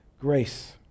grace